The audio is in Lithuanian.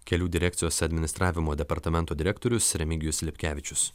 kelių direkcijos administravimo departamento direktorius remigijus lipkevičius